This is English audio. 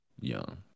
young